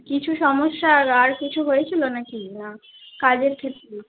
কিছু সমস্যা আর কিছু হয়েছিলো নাকি না কাজের ক্ষেত্রে